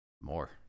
more